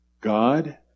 God